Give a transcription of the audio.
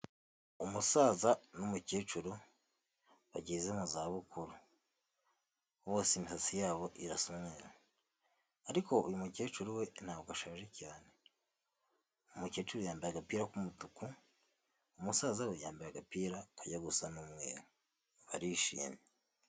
Umusaza n'umukecuru bageze mu za bukuru bose imisatsi yabo irasa umweru, ariko uyu mukecuru we ntabwo ashaje cyane, umukecuru yambaye agapira k'umutuku, umusaza we yambaye agapira kajya gusa n'umweru barishimye.